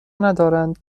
ندارند